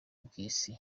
bw’isi